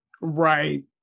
Right